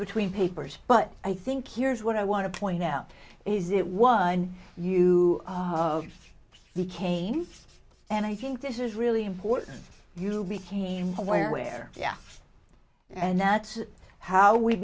between papers but i think here's what i want to point out is it was you he came and i think this is really important you became aware yeah and that's how we